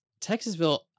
Texasville